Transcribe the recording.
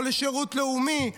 לשירות לאומי,